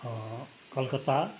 Calcutta